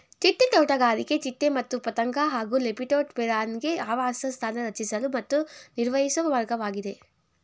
ಚಿಟ್ಟೆ ತೋಟಗಾರಿಕೆ ಚಿಟ್ಟೆ ಮತ್ತು ಪತಂಗ ಹಾಗೂ ಲೆಪಿಡೋಪ್ಟೆರಾನ್ಗೆ ಆವಾಸಸ್ಥಾನ ರಚಿಸಲು ಮತ್ತು ನಿರ್ವಹಿಸೊ ಮಾರ್ಗವಾಗಿದೆ